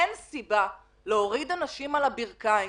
אין סיבה להוריד אנשים על הברכיים.